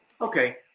Okay